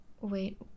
Wait